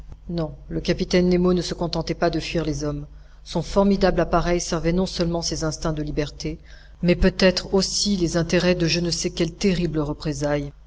non le capitaine nemo ne se contentait pas de fuir les hommes son formidable appareil servait non seulement ses instincts de liberté mais peut-être aussi les intérêts de je ne sais quelles terribles représailles